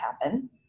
happen